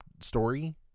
story